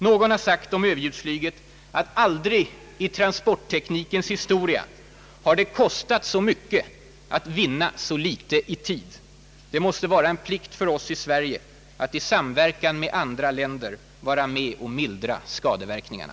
Någon har sagt om överljudsflyget att det aldrig i transportteknikens historia har kostat så mycket att vinna så litet i tid. Det måste vara en plikt för oss i Sverige att i samverkan med andra länder vara med och mildra skadeverkningarna.